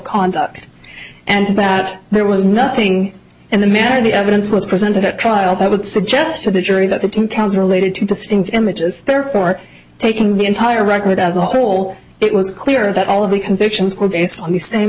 conduct and that there was nothing in the manner the evidence was presented at trial that would suggest to the jury that the two counts related to distinct images therefore taking the entire record as a whole it was clear that all of the convictions were based on the same